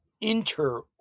inter